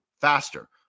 faster